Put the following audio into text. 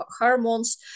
hormones